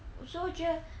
so 我觉得